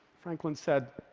franklin said,